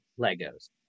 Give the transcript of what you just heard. Legos